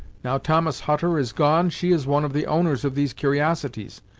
now thomas hutter is gone, she is one of the owners of these cur'osities,